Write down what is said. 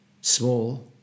Small